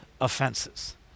offenses